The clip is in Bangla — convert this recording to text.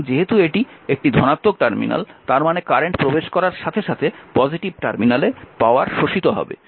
সুতরাং যেহেতু এটি একটি ধনাত্মক টার্মিনাল তার মানে কারেন্ট প্রবেশ করার সাথে সাথে পজিটিভ টার্মিনালে পাওয়ার শোষিত হবে